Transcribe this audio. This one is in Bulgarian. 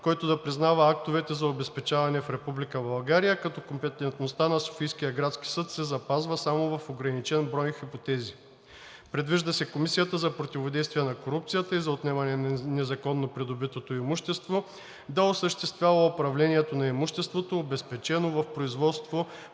който да признава актовете за обезпечаване в Република България, като компетентността на Софийския градски съд се запазва само в ограничен брой хипотези. Предвижда се Комисията за противодействие на корупцията и за отнемане на незаконно придобитото имущество да осъществява управлението на имуществото, обезпечено в производство